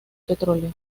petróleo